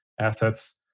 assets